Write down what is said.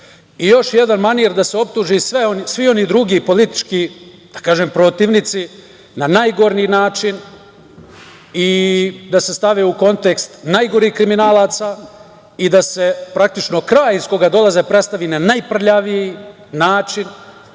red. Još jedan manir, da se optuže svi oni drugi politički, da kažem, protivnici na najgori način i da se stave u kontekst najgorih kriminalaca i da se praktično kraj iz koga dolaze predstavi na najprljaviji način.